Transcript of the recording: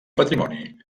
patrimoni